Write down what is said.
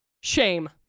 shame